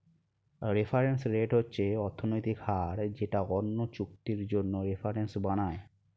reference rate হচ্ছে অর্থনৈতিক হার যেটা অন্য চুক্তির জন্য রেফারেন্স বানায়